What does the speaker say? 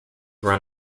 run